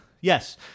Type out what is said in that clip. yes